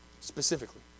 specifically